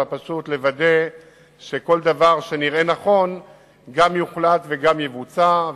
אלא פשוט לוודא שכל דבר שנראה נכון גם יוחלט וגם יבוצע.